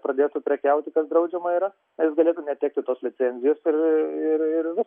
pradėtų prekiauti kas draudžiama yra na jis galėtų netekti tos licencijos ir ir